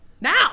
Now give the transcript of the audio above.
Now